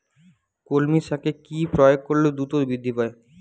কলমি শাকে কি প্রয়োগ করলে দ্রুত বৃদ্ধি পায়?